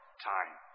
time